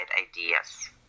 ideas